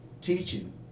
teaching